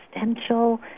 existential